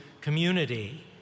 community